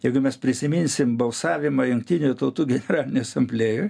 jeigu mes prisiminsim balsavimą jungtinių tautų generalinėj asamblėjoj